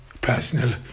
personal